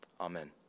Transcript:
Amen